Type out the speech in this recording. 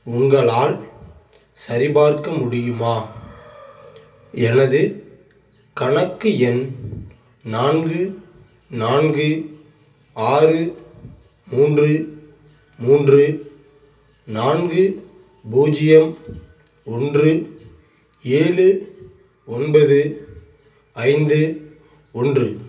உங்களால் சரிபார்க்க முடியுமா எனது கணக்கு எண் நான்கு நான்கு ஆறு மூன்று மூன்று நான்கு பூஜ்ஜியம் ஒன்று ஏழு ஒன்பது ஐந்து ஒன்று